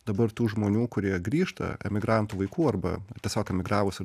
dabar tų žmonių kurie grįžta emigrantų vaikų arba tiesiog emigravusių